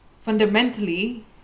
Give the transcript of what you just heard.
fundamentally